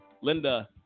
Linda